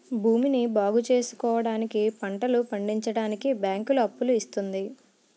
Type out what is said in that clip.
భూమిని బాగుచేసుకోవడానికి, పంటలు పండించడానికి బ్యాంకులు అప్పులు ఇస్తుంది